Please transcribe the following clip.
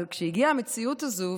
אבל כשהגיעה המציאות הזו,